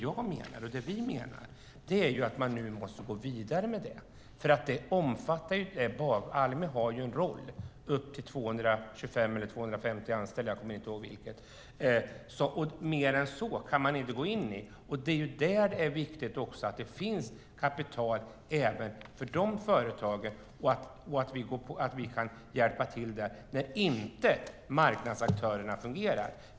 Nu menar vi att man måste gå vidare med det, för Almi har en roll där man inte kan gå in i företag med mer än 225 eller 250 anställda - jag kommer inte ihåg vilken siffra som är rätt - men större företag än så kan man inte gå in i. Det är viktigt att det finns kapital även för de företagen och att vi kan hjälpa till där när marknadsaktörerna inte fungerar.